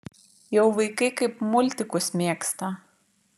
jau vaikai kaip multikus mėgsta